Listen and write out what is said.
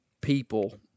people